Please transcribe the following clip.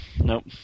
Nope